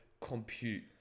compute